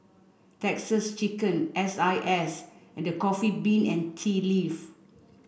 Texas Chicken S I S and The Coffee Bean and Tea Leaf